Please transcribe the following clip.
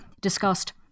discussed